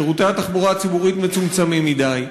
שירותי התחבורה הציבורית מצומצמים מדי,